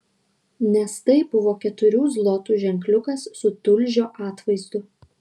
nes tai buvo keturių zlotų ženkliukas su tulžio atvaizdu